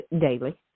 daily